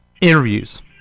interviews